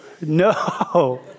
no